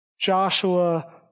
Joshua